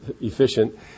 efficient